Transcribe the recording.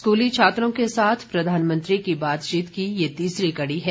स्कूली छात्रों के साथ प्रधानमंत्री की बातचीत की यह तीसरी कड़ी है